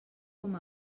com